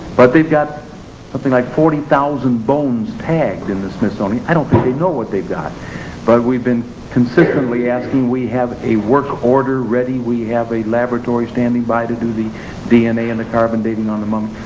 but they've got something like forty thousand bones tagged in the smithsonian, i don't think they know what they've got but we've been consistently asking, we have a work order ready, we have a laboratory standing by to do the dna and the carbon dating on the mummy,